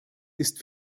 ist